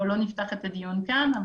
לא נפתח את הדיון כאן.